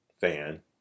fan